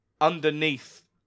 underneath